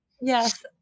Yes